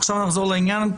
עכשיו נחזור לעניין.